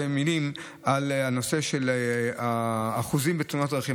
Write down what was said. מילים לנושא של אחוזים בתאונות הדרכים.